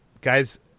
guys